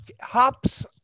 Hops